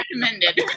Recommended